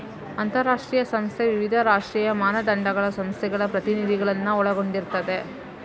ಅಂತಾರಾಷ್ಟ್ರೀಯ ಸಂಸ್ಥೆ ವಿವಿಧ ರಾಷ್ಟ್ರೀಯ ಮಾನದಂಡಗಳ ಸಂಸ್ಥೆಗಳ ಪ್ರತಿನಿಧಿಗಳನ್ನ ಒಳಗೊಂಡಿರ್ತದೆ